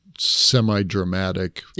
Semi-dramatic